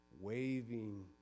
waving